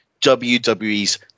WWE's